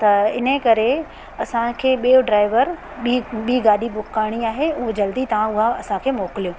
त इन ई करे असांखे ॿियो ड्राइवर ॿी ॿी गाॾी बुक करणी आहे उहो जल्दी तां उहा असांखे मोकिलियो